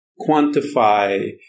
quantify